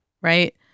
Right